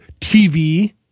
TV